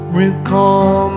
recall